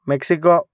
Mexico